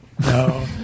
No